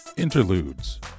Interludes